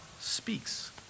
speaks